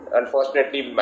unfortunately